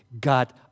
God